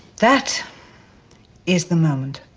that is the moment.